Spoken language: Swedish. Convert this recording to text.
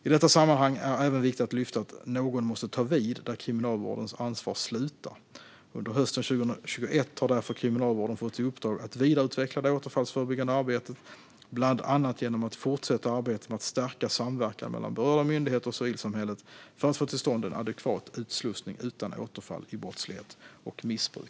I detta sammanhang är det även viktigt att lyfta upp att någon måste ta vid där Kriminalvårdens ansvar slutar. Under hösten 2021 har därför Kriminalvården fått i uppdrag att vidareutveckla det återfallsförebyggande arbetet, bland annat genom att fortsätta arbetet med att stärka samverkan mellan berörda myndigheter och civilsamhället för att få till stånd en adekvat utslussning utan återfall i brottslighet och missbruk.